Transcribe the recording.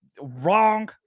wrong